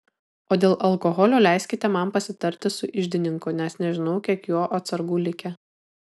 o dėl alkoholio leiskite man pasitarti su iždininku nes nežinau kiek jo atsargų likę